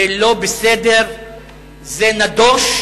זה לא בסדר, זה נדוש,